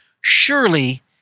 Surely